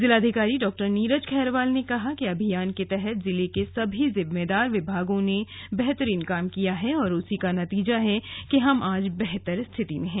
जिलाधिकारी डॉ नीरज खैरवाल ने कहा कि अभियान के तहत जिले के सभी जिम्मेदार विभागों ने बेहतरीन काम किया है और उसी का नतीजा है कि हम आज बेहतर रिथति में हैं